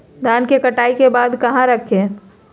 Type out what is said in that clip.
धान के कटाई के बाद कहा रखें?